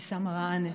אבתיסאם מראענה,